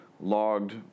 logged